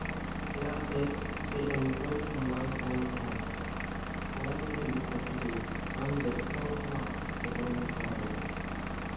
ᱪᱮᱫᱟᱜ ᱥᱮ ᱢᱤᱫᱴᱮᱡ ᱮᱱᱰᱨᱚᱭᱮᱰ ᱢᱳᱵᱟᱭᱤᱞ ᱛᱟᱦᱮᱱ ᱠᱷᱟᱡ ᱚᱲᱟᱜ ᱨᱮ ᱫᱩᱲᱩᱵ ᱠᱟᱛᱮᱫ ᱜᱮ ᱟᱢ ᱡᱚᱛᱚ ᱨᱚᱠᱚᱢᱟᱜ ᱠᱷᱳᱡᱽ ᱠᱷᱚᱵᱚᱨᱮᱢ ᱫᱚᱦᱚ ᱫᱟᱲᱮᱭᱟᱜᱼᱟ